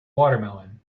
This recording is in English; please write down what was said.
watermelon